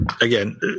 again